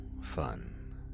fun